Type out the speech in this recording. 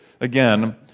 again